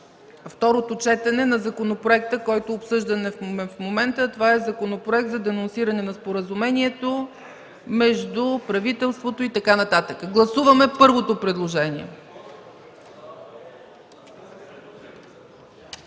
второто четене на законопроекта, който обсъждаме в момента, а това е Законопроект за денонсиране на Споразумението между правителството ... и така нататък. Гласуваме първото предложение.